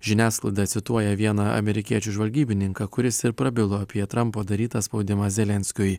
žiniasklaida cituoja vieną amerikiečių žvalgybininką kuris ir prabilo apie trampo darytą spaudimą zelenskiui